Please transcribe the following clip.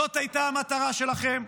זאת הייתה המטרה שלכם?